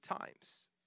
times